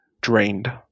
drained